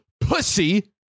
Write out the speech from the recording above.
pussy